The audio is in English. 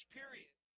period